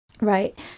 right